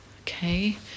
okay